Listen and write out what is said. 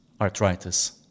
arthritis